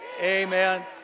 Amen